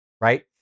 right